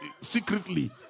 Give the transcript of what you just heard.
secretly